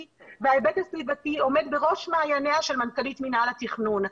וההיבט הסביבתי עומד בראש מעייניה של מנכ"לית מינהל התכנון.